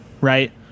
right